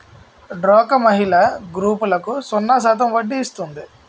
డోక్రా మహిళల గ్రూపులకు సున్నా శాతం వడ్డీ ఇస్తుంది